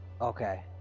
Okay